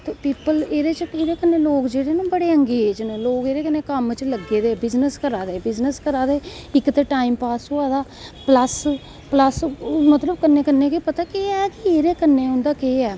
ते ओह्दे कन्नैं लोग एह्दे कन्नैं बड़े अंगेज़ न कम्म च लग्गे दे बिज़नस करा दे बिज़नस करा दे इक ते टाइम पास होआ दा प्लस मतलव कन्नैं कन्नैं गै पता केह् ऐ कि इंदे कन्नैं उंदा केह् ऐ